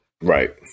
Right